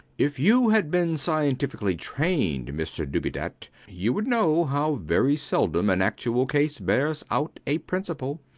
if you had been scientifically trained, mr dubedat, you would know how very seldom an actual case bears out a principle.